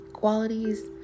qualities